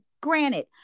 granted